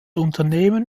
unternehmen